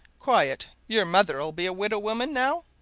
quiet. your mother'll be a widow woman, now?